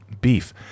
beef